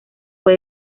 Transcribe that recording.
fue